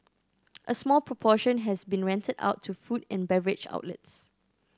a small proportion has been rented out to food and beverage outlets